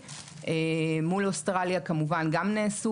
מספוא ומניעת